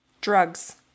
drugs